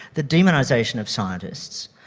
the demonization of scientists.